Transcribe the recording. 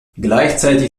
gleichzeitig